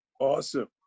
Awesome